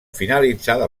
finalitzada